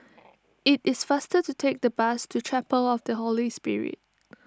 it is faster to take the bus to Chapel of the Holy Spirit